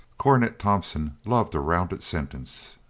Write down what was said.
cornet tompkins loved a rounded sentence.